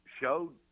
showed